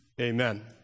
Amen